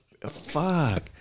Fuck